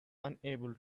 unable